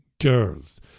girls